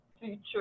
future